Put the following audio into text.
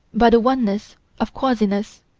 by the oneness of quasiness,